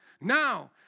Now